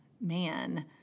man